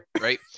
right